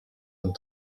and